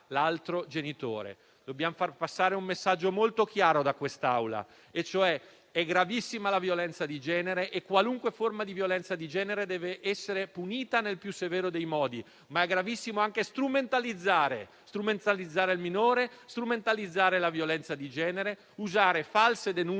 l'altro genitore. Dobbiamo far passare un messaggio molto chiaro da quest'Aula: è gravissima la violenza di genere e qualunque forma di violenza di genere deve essere punita nel più severo dei modi, ma è gravissimo anche strumentalizzare il minore, strumentalizzare la violenza di genere, usare false denunce